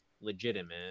legitimate